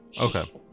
Okay